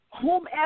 whomever